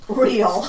real